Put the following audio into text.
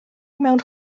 mewn